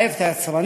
מחייב את היצרנים.